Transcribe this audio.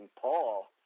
Paul